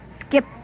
Skip